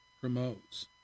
promotes